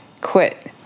quit